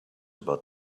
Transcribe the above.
about